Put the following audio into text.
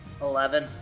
Eleven